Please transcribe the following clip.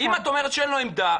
אם את אומרת שאין לו עמדה,